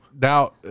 Now